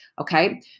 Okay